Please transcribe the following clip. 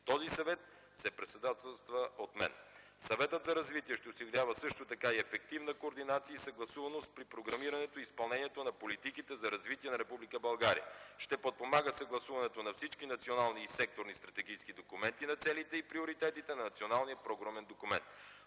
Този съвет се председателства от мен. Съветът за развитие ще осигурява също така и ефективна координация и съгласуваност при програмирането и изпълнението на политиките за развитие на Република България, ще подпомага съгласуването на всички национални и секторни стратегически документи на целите и приоритетите на националния програмен документ.